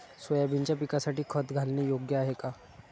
सोयाबीनच्या पिकासाठी खत घालणे योग्य आहे का?